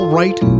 right